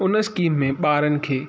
उन स्कीम में ॿारनि खे